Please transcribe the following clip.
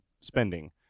spending